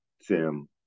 SIM